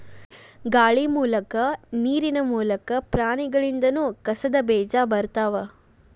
ಗಾಳಿ ಮೂಲಕಾ ನೇರಿನ ಮೂಲಕಾ, ಪ್ರಾಣಿಗಳಿಂದನು ಕಸದ ಬೇಜಾ ಬರತಾವ